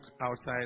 outside